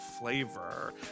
flavor